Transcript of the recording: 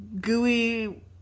gooey